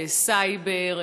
סייבר,